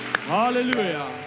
Hallelujah